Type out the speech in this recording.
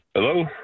Hello